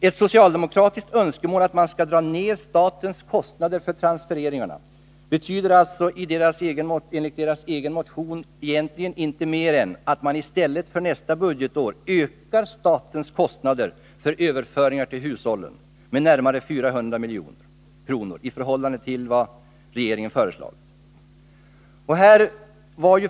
Ett socialdemokratiskt önskemål att man skall dra ner statens kostnader för transfereringarna betyder alltså enligt deras egen motion egentligen inte annat än att man i stället nästa budgetår ökar statens kostnader för överföringar till hushållen med närmare 400 milj.kr. i förhållande till vad regeringen föreslagit.